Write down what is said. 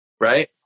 Right